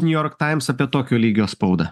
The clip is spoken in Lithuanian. niujork times apie tokio lygio spaudą